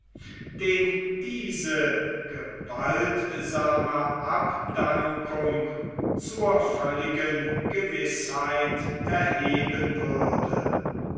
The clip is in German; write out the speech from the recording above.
den diese gewaltsame abdankung zur völligen gewißheit erheben würde